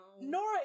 Nora